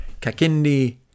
Kakindi